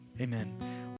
Amen